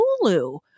Hulu